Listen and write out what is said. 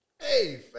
hey